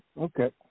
Okay